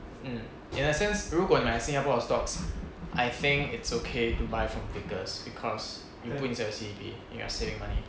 mm in the sense 如果你买新加坡的 stocks I think it's okay to buy from vickers because you can put inside your C_D_P and you are saving money